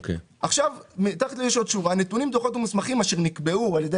עוד נכתב: "הנתונים דוחות או מסמכים אשר נקבעו על ידי